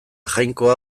jainkoa